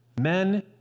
Men